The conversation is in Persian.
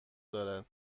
دارد